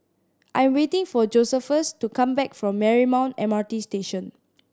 I am waiting for Josephus to come back from Marymount M R T Station